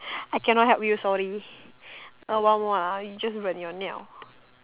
I cannot help you sorry a while more lah you just 忍 your 尿